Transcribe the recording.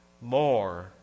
more